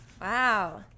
Wow